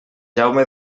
jaume